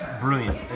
brilliant